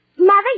Mother